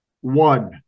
One